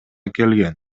келген